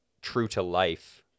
true-to-life